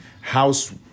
house